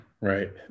Right